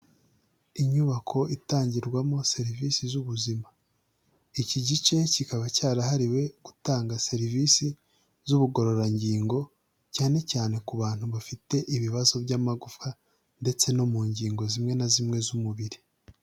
Inyubako itangirwamo serivisi z'ubuzima, iki gice kikaba cyarahariwe gutanga serivisi z'ubugororangingo cyane cyane ku bantu bafite ibibazo by'amagufwa ndetse no mu ngingo zimwe na zimwe z'umubiri.